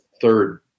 third